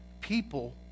people